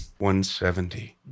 170